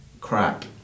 crap